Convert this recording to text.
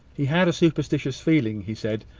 he had a superstitious feeling, he said,